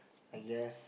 I guess